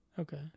Okay